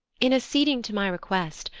in acceding to my request,